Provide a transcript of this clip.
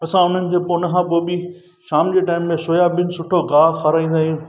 असां हुननि जे हुन खां पोइ बि शाम जे टाइम में सोयाबिन सुठो गाहु खाराईंदा आहियूं